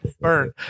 Burn